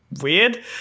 weird